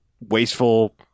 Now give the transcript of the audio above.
wasteful